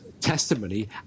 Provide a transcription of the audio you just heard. testimony